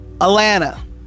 Atlanta